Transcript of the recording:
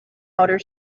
outer